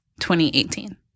2018